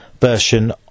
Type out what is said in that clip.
version